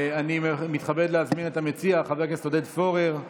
אני מתכבד להזמין את המציע, חבר הכנסת עודד פורר.